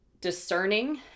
discerning